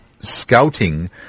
scouting